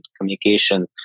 communication